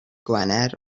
gwener